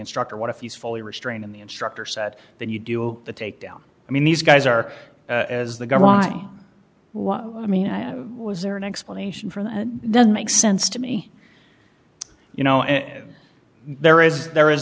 instructor what if he's fully restrained in the instructor said that you do the takedown i mean these guys are as the government i was i mean i was there an explanation for that doesn't make sense to me you know and there is there is